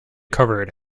covered